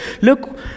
look